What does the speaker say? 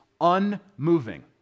unmoving